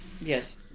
Yes